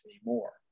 anymore